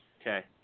Okay